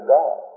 God